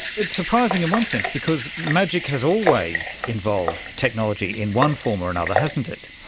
it's surprising in one sense because magic has always involved technology in one form or another, hasn't it.